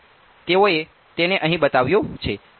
તેથી તેઓએ તેને અહીં બતાવ્યું છે